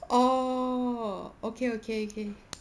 oh okay okay okay